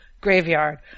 graveyard